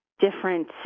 different